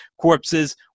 corpses